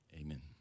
Amen